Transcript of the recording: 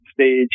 stage